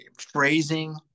phrasing